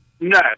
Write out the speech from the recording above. No